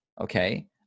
Okay